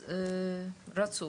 רצוף.